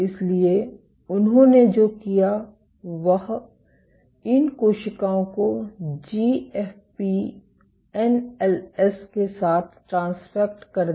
इसलिए उन्होंने जो किया वह इन कोशिकाओं को जीएफपी एनएलएस के साथ ट्रांसफ़ेक्ट कर दिया